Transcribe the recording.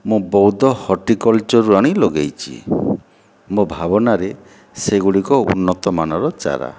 ମୁଁ ବୌଦ୍ଧ ହର୍ଟିକଲଚରରୁ ଆଣି ଲଗାଇଛି ମୋ' ଭାବନାରେ ସେଗୁଡ଼ିକ ଉନ୍ନତମାନର ଚାରା